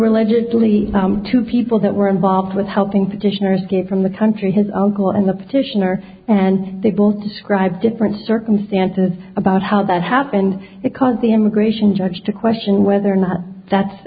religiously two people that were involved with helping petitioners get from the country his uncle in the petitioner and they both describe different circumstances about how that happened because the immigration judge to question whether or not that's